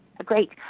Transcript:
great.